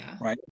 Right